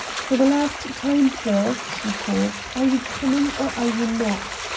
for the last time, phil, she called, are you coming or are you not?